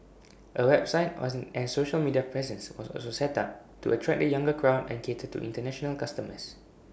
A website oils and social media presence was also set up to attract the younger crowd and cater to International customers